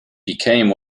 became